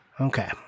okay